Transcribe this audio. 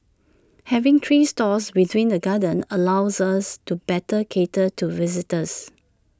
having three stores within the gardens allows us to better cater to visitors